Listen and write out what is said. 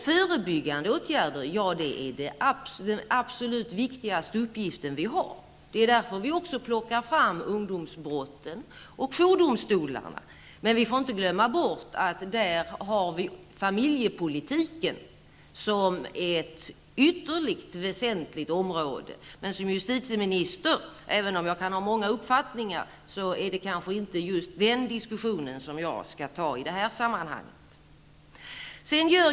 Förebyggande åtgärder är den absolut viktigaste uppgiften vi har. Det är därför vi också plockar fram ungdomsbrotten och jourdomstolarna. Men vi får inte glömma bort att vi där har familjepolitiken som ett ytterligt väsentligt område. Som justitieminister, även om jag kan ha många uppfattningar, är det kanske inte just den diskussionen som jag skall ta i det här sammanhanget.